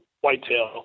whitetail